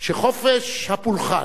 שחופש הפולחן,